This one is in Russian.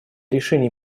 решений